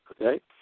Okay